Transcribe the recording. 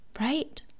right